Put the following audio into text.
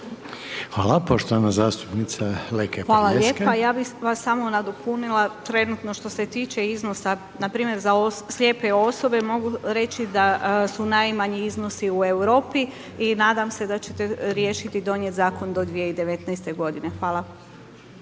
Prljaskaj, Ermina (Nezavisni)** Hvala lijepa. Ja bih vas samo nadopunila predmetno što se tiče iznosa npr. za slijepe osobe mogu reći da su najmanji iznosi u Europi i nadam se da ćete riješiti, donijeti Zakon do 2019.-te godine. Hvavala.